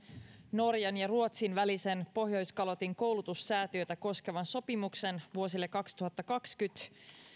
norjan ja ruotsin välisen pohjoiskalotin koulutussäätiötä koskevan sopimuksen vuosille kaksituhattakaksikymmentä